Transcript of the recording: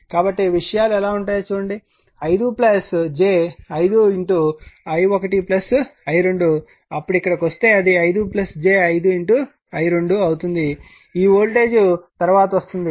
కాబట్టి విషయాలు ఎలా ఉంటాయో చూడండి 5 j 5 i1 i2 అప్పుడు ఇక్కడకు వస్తే అది 5 j5i2 అవుతుంది ఈ వోల్టేజ్ తరువాత వస్తుంది